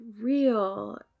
real